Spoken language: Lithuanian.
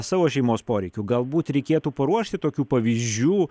savo šeimos poreikių galbūt reikėtų paruošti tokių pavyzdžių